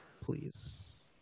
please